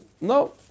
No